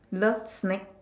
love snack